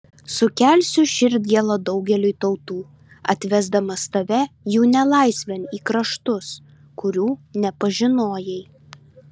sukelsiu širdgėlą daugeliui tautų atvesdamas tave jų nelaisvėn į kraštus kurių nepažinojai